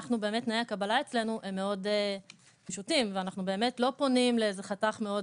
תנאי הקבלה אצלנו הם מאוד פשוטים ואנחנו באמת לא פונים לאיזה חתך מאוד